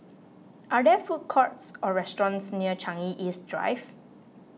are there food courts or restaurants near Changi East Drive